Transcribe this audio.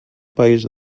país